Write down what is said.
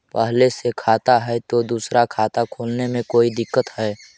पहले से खाता है तो दूसरा खाता खोले में कोई दिक्कत है?